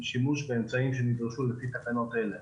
השימוש באמצעים שנדרשו לפי תקנות אלה